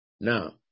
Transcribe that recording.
Now